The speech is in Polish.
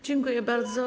Dziękuję bardzo.